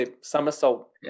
somersault